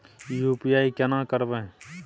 UPI केना करबे?